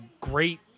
great